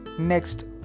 Next